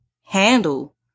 handle